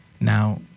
Now